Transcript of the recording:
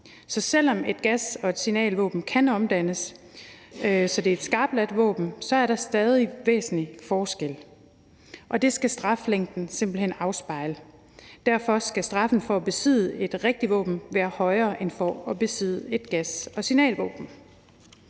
Så selv om et gas- eller signalvåben kan omdannes, så det er et skarpladt våben, er der stadig væsentlige forskelle, og det skal straflængden simpelt hen afspejle. Derfor skal straffen for at besidde et rigtigt våben være højere end for at besidde et gas- eller signalvåben.